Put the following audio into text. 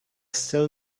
still